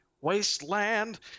wasteland